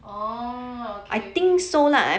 oh okay okay